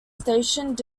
stationed